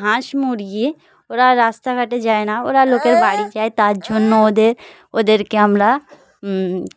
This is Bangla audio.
হাঁস মুরগি ওরা রাস্তাঘাটে যায় না ওরা লোকের বাড়ি যায় তার জন্য ওদের ওদেরকে আমরা